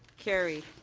carried.